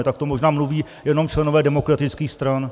Takto možná mluví jenom členové demokratických stran.